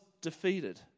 defeated